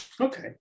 okay